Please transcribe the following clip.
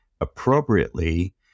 appropriately